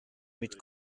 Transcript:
mit